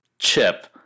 Chip